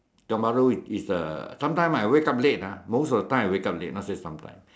Tiong-Bahru is a sometimes I wake up late ah most of the time I wake up late not say sometimes